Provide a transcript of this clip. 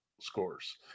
scores